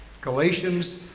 Galatians